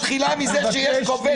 אז הדדיות מתחילה מזה שיש כובש.